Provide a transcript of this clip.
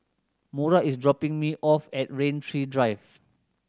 Mora is dropping me off at Rain Tree Drive